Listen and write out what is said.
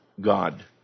God